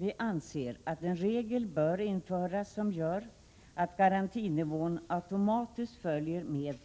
Vi anser att en regel bör införas som gör att garantinivån automatiskt följer med